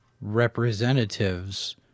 representatives